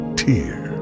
tear